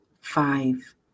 five